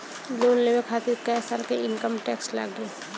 Loan लेवे खातिर कै साल के इनकम टैक्स लागी?